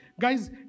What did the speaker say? guys